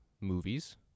movies